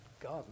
God